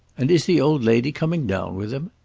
and is the old lady coming down with him?